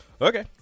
Okay